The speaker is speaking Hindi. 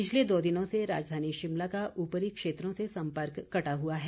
पिछले दो दिनों से राजधानी शिमला का उपरी क्षेत्रों से सम्पर्क कटा हुआ है